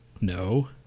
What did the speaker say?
No